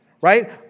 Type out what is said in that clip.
right